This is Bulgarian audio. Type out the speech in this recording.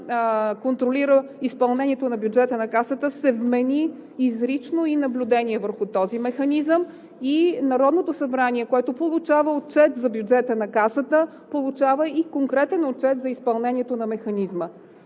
контролира изпълнението на бюджета на Касата, се вмени изрично и наблюдение върху този механизъм, и Народното събрание, което получава отчет за бюджета на Касата, получава и конкретен отчет за изпълнението на механизма.